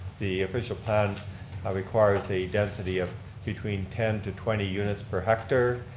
the official plan requires a density ah between ten to twenty units per hecter.